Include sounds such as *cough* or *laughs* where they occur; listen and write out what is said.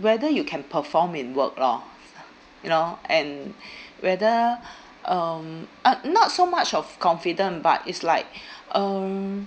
whether you can perform in work lor *laughs* you know and whether um uh not so much of confident but is like um